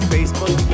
Facebook